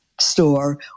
store